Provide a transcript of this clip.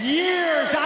years